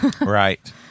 Right